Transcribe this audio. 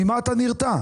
ממה אתה נרתע?